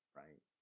right